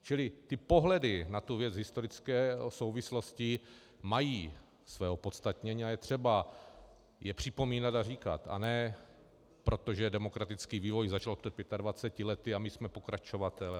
Čili pohledy na tu věc z historické souvislosti mají své opodstatnění a je třeba je připomínat a říkat, a ne protože demokratický vývoj začal před pětadvaceti lety a my jsme pokračovatelé atd.